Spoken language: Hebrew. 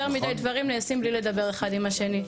יותר מדי דברים נעשים בלי לדבר אחד עם השני.